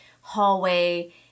hallway